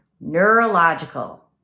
neurological